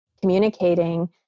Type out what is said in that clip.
communicating